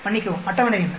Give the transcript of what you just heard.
மன்னிக்கவும் அட்டவணை என்ன